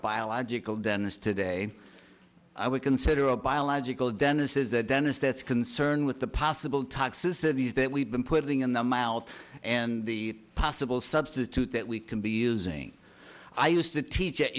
biological dentist today i would consider a biological dennis's the dentist that's concerned with the possible toxicity is that we've been putting in the mouth and the possible substitute that we can be using i used to teach at